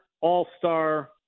all-star